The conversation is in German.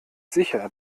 sicher